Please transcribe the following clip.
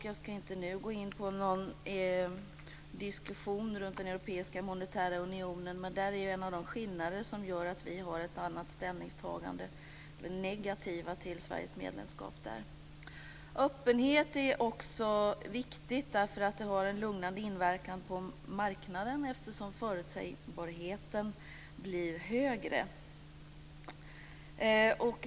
Jag ska inte nu gå in på en diskussion kring den europeiska monetära unionen men där finns en av de skillnader som gör att vi har ett annat ställningstagande - vi är ju negativa till Sveriges medlemskap där. Öppenhet är viktigt också därför att det blir en lugnande inverkan på marknaden genom att förutsägbarheten blir högre.